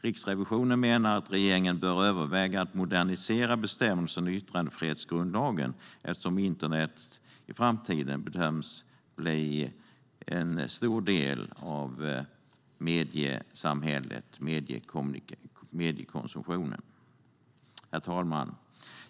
Riksrevisionen menar att regeringen bör överväga att modernisera bestämmelserna i yttrandefrihetsgrundlagen eftersom internet bedöms bli en stor del av mediesamhället, mediekonsumtionen, i framtiden. Herr talman!